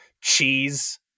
cheese